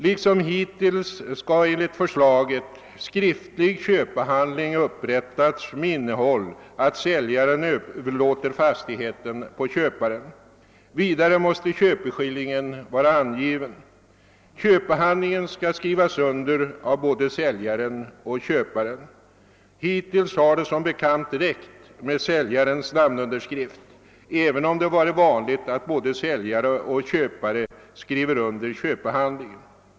Liksom hittills skall enligt förslaget skriftlig köpehandling upprättas med innehåll att säljaren överlåter fastigheten på köparen. Vidare måste köpeskillingen vara angiven. Köpehandlingen skall skrivas under av både säljaren och köparen. Hittills har det som bekant räckt med säljarens namnunderskrift, även om det varit vanligt att både säljare och köpare skrivit under köpehandlingen.